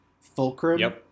Fulcrum